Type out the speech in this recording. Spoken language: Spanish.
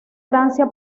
francia